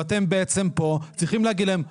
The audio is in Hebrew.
ואתם בעצם פה צריכים להגיד להם,